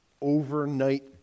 overnight